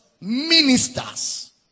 ministers